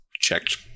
checked